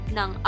ng